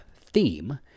theme